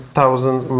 thousands